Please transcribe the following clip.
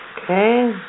Okay